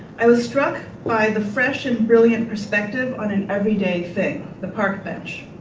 i was struck by the fresh and brilliant perspective on an everyday thing, the park bench.